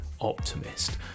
optimist